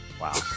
Wow